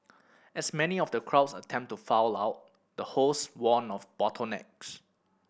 as many of the crowds attempted to file out the host warned of bottlenecks